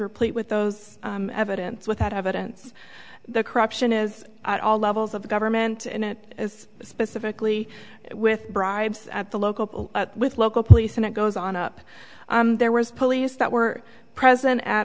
replete with those evidence without evidence the corruption is at all levels of government and it is specifically with bribes at the local with local police and it goes on up there was police that were present at